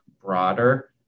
broader